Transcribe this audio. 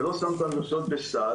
שלא שם את האוניברסיטאות בסד,